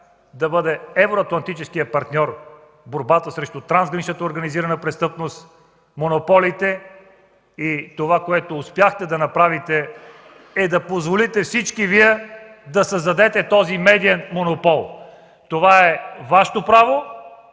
да бъде евроатлантическият партньор в борбата срещу трансграничната организирана престъпност, с монополите. Това, което успяхте да направите, е да позволите всички Вие, да създадете този медиен монопол. Това е Вашето право,